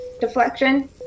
deflection